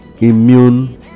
immune